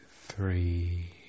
three